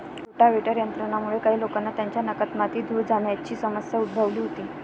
rotavator यंत्रामुळे काही लोकांना त्यांच्या नाकात माती, धूळ जाण्याची समस्या उद्भवली होती